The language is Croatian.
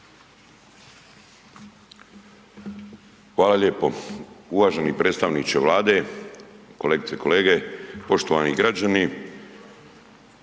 Hvala lijepo. Uvaženi predstavniče Vlade, kolegice i kolege, poštovani građani.